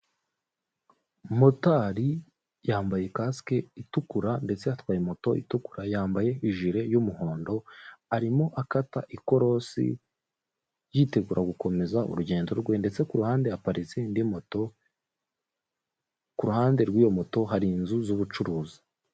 Motari yambaye kasike itukura ndetse atwaye moto itukura yambaye ijile y'umuhondo, arimo akata ikorosi yitegura gukomeza urugendo rwe ndetse kuruhande aparitse indi moto, kuruhande rw'iyo moto hari inzu z'ubucuruzi.